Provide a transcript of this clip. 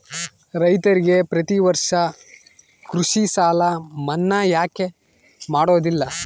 ರೈತರಿಗೆ ಪ್ರತಿ ವರ್ಷ ಕೃಷಿ ಸಾಲ ಮನ್ನಾ ಯಾಕೆ ಮಾಡೋದಿಲ್ಲ?